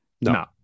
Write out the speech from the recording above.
No